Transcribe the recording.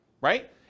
right